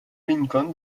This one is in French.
lincoln